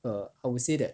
err I would say that